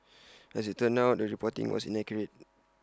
as IT turned out the reporting was inaccurate